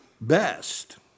best